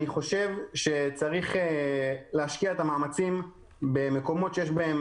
אני חושב שצריך להשקיע את המאמצים במקומות שיש בהם,